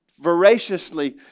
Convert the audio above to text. voraciously